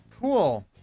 cool